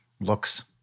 looks